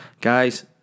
Guys